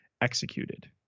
executed